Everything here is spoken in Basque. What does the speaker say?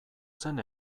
zen